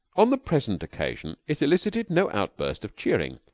on the present occasion it elicited no outburst of cheering.